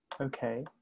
okay